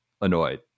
annoyed